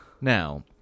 Now